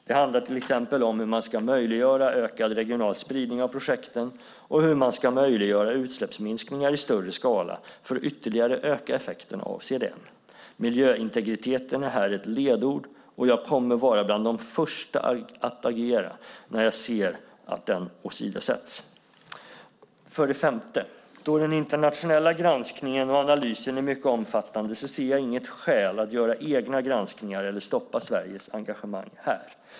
Det handlar till exempel om hur man ska möjliggöra ökad regional spridning av projekten och hur man ska möjliggöra utsläppsminskningar i större skala för att ytterligare öka effekten av CDM. Miljöintegriteten är här ett ledord, och jag kommer att vara bland de första att agera när jag ser att den åsidosätts. För det femte: Då den internationella granskningen och analysen är mycket omfattande ser jag inget skäl att göra egna granskningar eller stoppa Sveriges engagemang här.